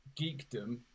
geekdom